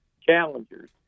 challengers